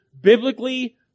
biblically